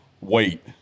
Wait